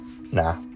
nah